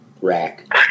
rack